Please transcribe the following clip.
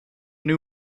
new